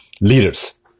leaders